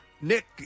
Nick